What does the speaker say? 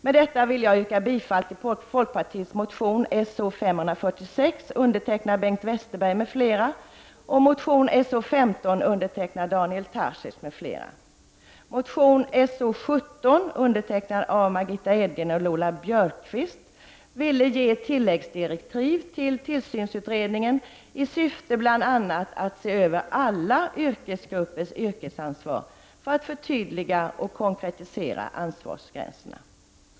Med detta yrkar jag bifall till folkpartiets motion S0546, undertecknad av Bengt Westerberg m.fl. och motion So15, undertecknad av Daniel Tarschys m.fl. I motion So17, undertecknad av Margitta Edgren och Lola Björkquist, yrkas om tilläggsdirektiv till tillsynsutredningen i syfte att bl.a. se över alla yrkesgruppers yrkesansvar för att förtydliga och konkretisera ansvarsgränserna.